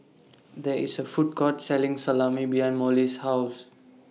There IS A Food Court Selling Salami behind Mollie's House